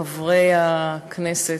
חברי הכנסת,